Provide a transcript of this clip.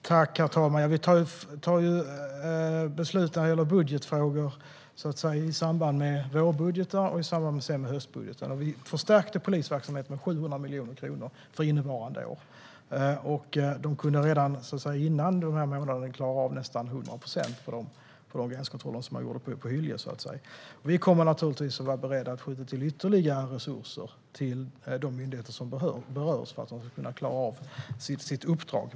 Herr talman! Vi fattar beslut i budgetfrågor i samband med vårbudgetar och höstbudgetar. Vi förstärkte polisverksamheten med 700 miljoner kronor för innevarande år. Redan innan månaden var slut klarade man av nästan 100 procent av gränskontrollerna vid Hyllie. Vi är naturligtvis beredda att skjuta till ytterligare resurser till de myndigheter som berörs för att de ska kunna klara av sitt uppdrag.